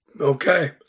Okay